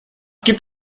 gibt